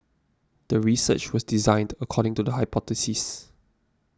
the research was designed according to the hypothesis